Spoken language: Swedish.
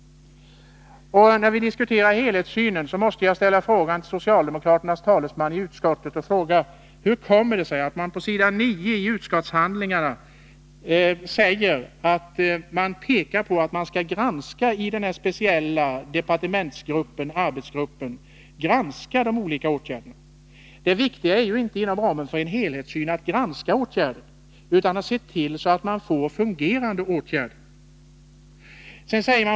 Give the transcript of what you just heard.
I samband med diskussionen om en helhetssyn på familjepolitiken måste jag fråga socialdemokraternas talesman i utskottet: Hur kommer det sig att man på s. 9 i utskottsbetänkandet pekar på att en särskild arbetsgrupp skall granska de olika åtgärderna? Inom ramen för en helhetssyn är det viktiga inte att granska åtgärderna, utan att se till att man får fungerande åtgärder.